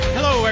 Hello